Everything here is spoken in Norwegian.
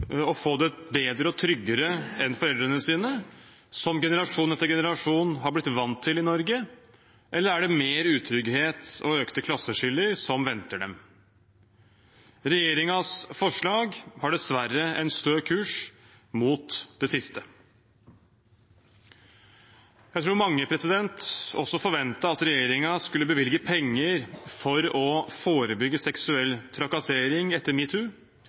og få det bedre og tryggere enn foreldrene sine, som generasjon etter generasjon har blitt vant til i Norge, eller er det mer utrygghet og økte klasseskiller som venter dem? Regjeringens forslag har dessverre en stø kurs mot det siste. Jeg tror mange også forventet at regjeringen skulle bevilge penger til å forebygge seksuell trakassering etter